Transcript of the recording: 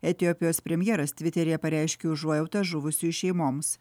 etiopijos premjeras tviteryje pareiškė užuojautą žuvusiųjų šeimoms